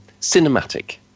cinematic